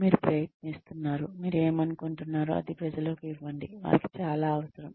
మీరు ప్రయత్నిస్తున్నారు మీరు ఏమనుకుంటున్నారో అది ప్రజలకు ఇవ్వండి వారికి చాలా అవసరం